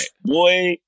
boy